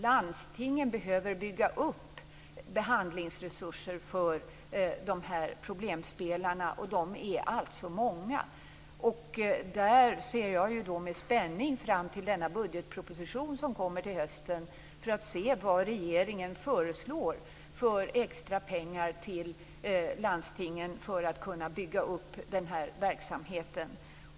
Landstingen behöver bygga upp behandlingsresurser för problemspelarna, som alltså är många. Jag ser med spänning fram mot den budgetproposition som kommer till hösten, för att se hur mycket extra pengar regeringen föreslår till landstingen så att de kan bygga upp den här verksamheten.